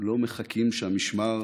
לא מחכים שהמשמר